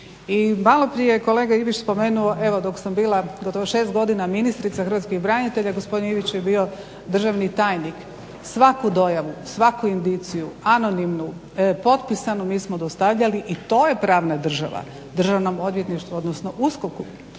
I malo prije kolega Ivić spomenuo evo dok sam bila gotovo 6 godina ministrica hrvatskih branitelja, gospodin Ivić je bio državni tajnik. Svaku dojavu, svaku indiciju anonimnu, potpisanu i mi smo dostavljani i to je pravna država Državno odvjetništvu odnosno USKOK-u